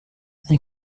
eine